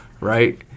right